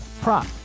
prop